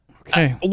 Okay